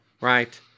right